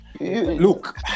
look